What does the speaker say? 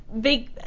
big